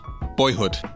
Boyhood